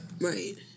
right